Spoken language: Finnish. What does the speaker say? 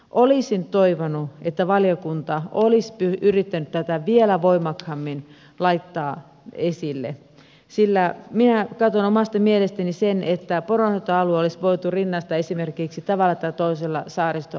olisin toivonut että valiokunta olisi yrittänyt tätä vielä voimakkaammin laittaa esille sillä minä katson omasta mielestäni sen että poronhoitoalue olisi voitu rinnastaa esimerkiksi tavalla tai toisella saaristoalueeseen